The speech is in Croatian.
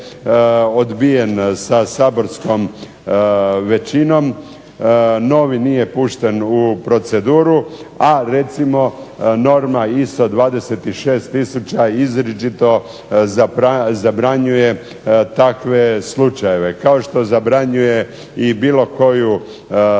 odbijen sa saborskom većinom, novi nije pušten u proceduru, a recimo norma ISO 26 tisuća izričito zabranjuje takve slučajeve, kao što zabranjuje i bilo koju